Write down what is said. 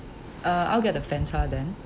uh I'll get the Fanta then